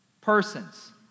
persons